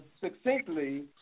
succinctly